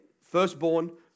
firstborn